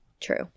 True